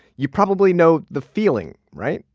you probably know the feeling, right?